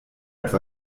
etwa